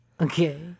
Okay